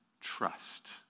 trust